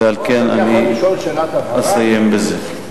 ועל כן אני אסיים בזה.